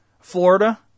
Florida